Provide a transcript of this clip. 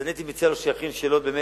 אז אני הייתי מציע לו שיכין שאלות שבאמת